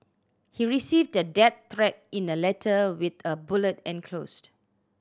he received a death threat in a letter with a bullet enclosed